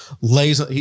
lays